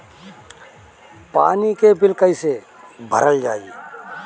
पानी के बिल कैसे भरल जाइ?